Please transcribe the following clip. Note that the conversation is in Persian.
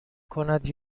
کند